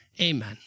Amen